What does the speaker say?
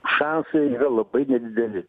šansai yra labai nedideli